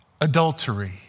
adultery